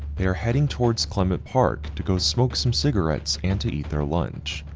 they are heading towards clement park to go smoke some cigarettes and to eat their lunch.